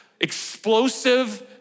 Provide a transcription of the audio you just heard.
explosive